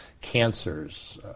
Cancers